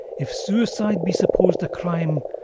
if suicide be supposed a crime,